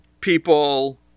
people